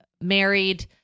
married